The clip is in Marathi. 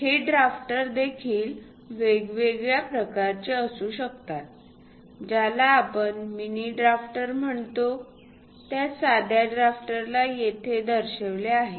हे ड्राफ्टर देखील वेगवेगळ्या प्रकारचे असू शकतात ज्याला आपण मिनी ड्राफ्टर म्हणतो त्या साध्या ड्राफ्टरला येथे दर्शविले आहे